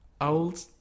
Old